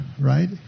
right